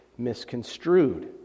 misconstrued